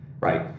right